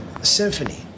Symphony